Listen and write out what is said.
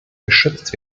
geschützt